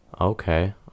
Okay